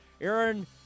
Aaron